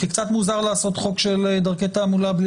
קצת מוזר לעשות חוק של "דרכי תעמולה" בלי